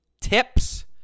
Tips